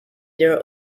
their